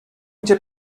gdzie